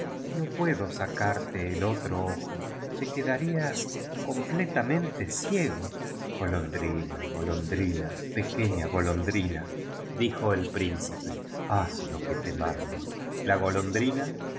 no puedo sacarte el otro ojo te quedarías completamente ciego golondrina golondrina pequeña golondri na dijo el principe haz lo que te mando la golondrina